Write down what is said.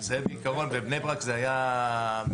בעיקרון בבני ברק זה היה מאולתר.